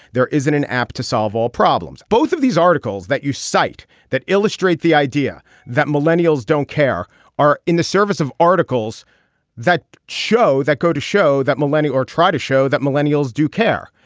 there isn't an app to solve all problems. both of these articles that you cite that illustrate the idea that millennials don't care are in the service of articles that show that go to show that millennial or try to show that millennials do care.